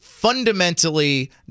fundamentally